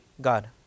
God